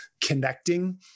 connecting